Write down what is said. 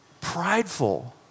prideful